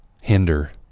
hinder